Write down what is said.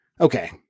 okay